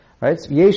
Right